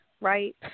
right